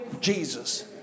Jesus